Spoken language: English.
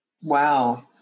Wow